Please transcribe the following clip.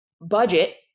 budget